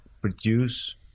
produce